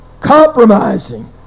Compromising